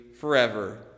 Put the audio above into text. forever